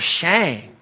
shame